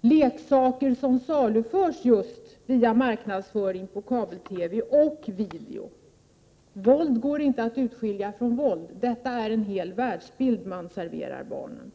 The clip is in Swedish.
leksaker som saluförs just via marknadsföring på kabel-TV och video. Våld går inte att skilja från våld. Det är en hel världsbild som man serverar barnen.